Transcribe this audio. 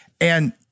And-